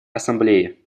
ассамблее